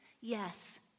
yes